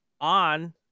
on